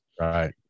Right